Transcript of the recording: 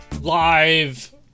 live